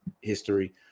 history